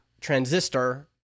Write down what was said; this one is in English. Transistor